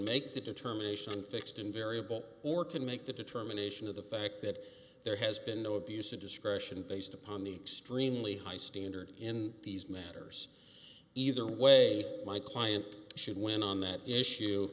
make the determination fixed and variable or can make the determination of the fact that there has been no abuse of discretion based upon the extremely high standard in these matters either way my client should win on that issue